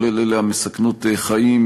כולל אלה המסכנות חיים,